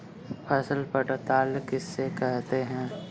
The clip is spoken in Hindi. फसल पड़ताल किसे कहते हैं?